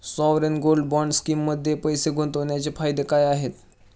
Sovereign gold bond स्कीममध्ये पैसे गुंतवण्याचे फायदे काय आहेत?